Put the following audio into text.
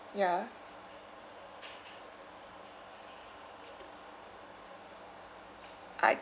ya I